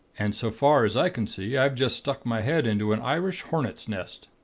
and so far as i can see, i've just stuck my head into an irish hornet's nest.